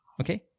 Okay